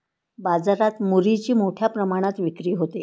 बाजारात मुरीची मोठ्या प्रमाणात विक्री होते